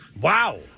wow